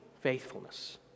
faithfulness